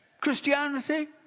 Christianity